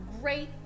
great